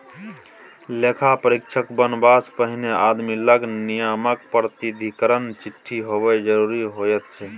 लेखा परीक्षक बनबासँ पहिने आदमी लग नियामक प्राधिकरणक चिट्ठी होएब जरूरी होइत छै